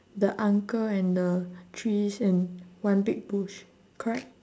the uncle and the trees and one big bush correct